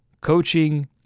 coaching